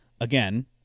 again